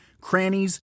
crannies